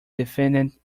defendant